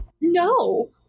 no